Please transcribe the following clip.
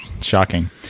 shocking